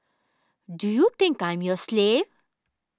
do you think I'm your slave